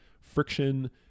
friction